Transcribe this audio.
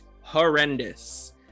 horrendous